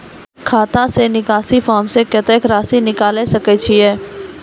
खाता से निकासी फॉर्म से कत्तेक रासि निकाल सकै छिये?